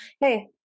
Hey